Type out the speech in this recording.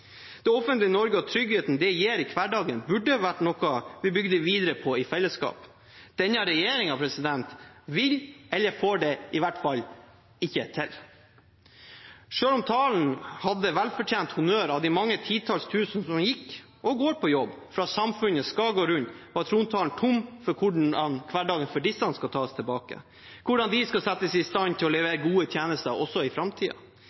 Det offentlige Norge og tryggheten det gir i hverdagen, burde vært noe vi bygde videre på i felleskap. Denne regjeringen vil ikke, eller får det i hvert fall ikke til. Selv om talen hadde velfortjent honnør av de mange titalls tusen som gikk og går på jobb for at samfunnet skal gå rundt, var trontalen tom for hvordan hverdagen for disse skal tas tilbake – hvordan de skal settes i stand til å levere gode tjenester også i